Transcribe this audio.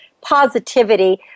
positivity